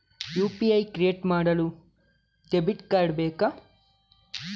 UPI create ಮಾಡಲು debit card ಬೇಕಾ?